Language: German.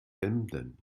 emden